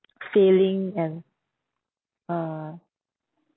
failing and uh